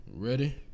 Ready